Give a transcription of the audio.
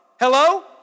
Hello